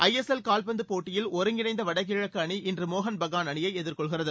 ஐ S L கால்பந்து போட்டியில் ஒருகிணைந்த வடகிழக்கு அணி இன்று மோகன் பகான் அணியை எதிர்கொள்கிறது